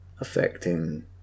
affecting